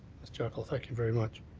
thank you very much.